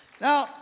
Now